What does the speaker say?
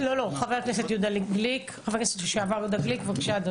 חבר הכנסת לשעבר יהודה גליק, בבקשה.